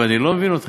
ואני לא מבין אותם,